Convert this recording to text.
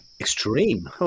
Extreme